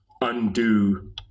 undo